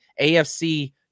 AFC